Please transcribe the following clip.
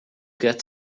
got